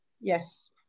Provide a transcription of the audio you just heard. Yes